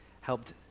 helped